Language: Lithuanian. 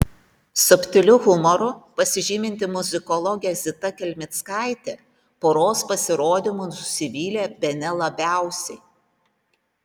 subtiliu humoru pasižyminti muzikologė zita kelmickaitė poros pasirodymu nusivylė bene labiausiai